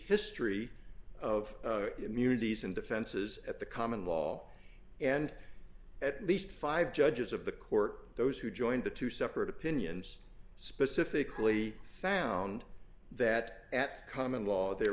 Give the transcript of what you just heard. history of immunities and defenses at the common wall and at least five judges of the court those who joined the two separate opinions specifically found that at common law there